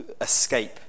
escape